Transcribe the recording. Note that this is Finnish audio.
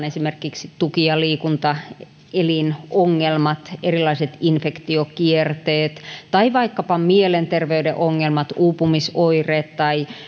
esimerkiksi tuki ja liikuntaelinongelmat erilaiset infektiokierteet tai vaikkapa mielenterveyden ongelmat uupumisoireet tai